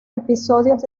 episodios